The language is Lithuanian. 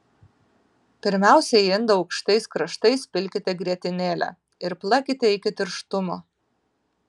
pirmiausia į indą aukštais kraštais pilkite grietinėlę ir plakite iki tirštumo